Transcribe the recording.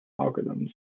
algorithms